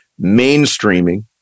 mainstreaming